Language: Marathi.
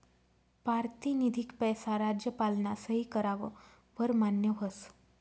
पारतिनिधिक पैसा राज्यपालना सही कराव वर मान्य व्हस